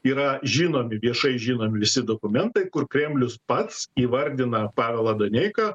yra žinomi viešai žinomi visi dokumentai kur kremlius pats įvardina pavelą daneiką